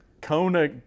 Kona